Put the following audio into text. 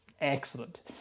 Excellent